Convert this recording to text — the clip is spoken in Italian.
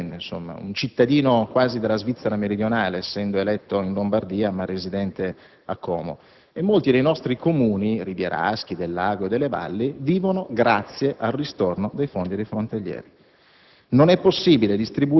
purtroppo - o per fortuna, dipende dal punto di vista - un cittadino quasi della Svizzera meridionale, essendo stato eletto in Lombardia, ma risiedendo a Como. Molti dei nostri Comuni rivieraschi, del lago e delle valli, vivono grazie al ristorno dei fondi frontalieri.